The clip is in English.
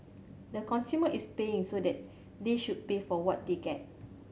the consumer is paying so they they should pay for what they get